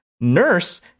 Nurse